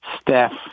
Steph